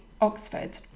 Oxford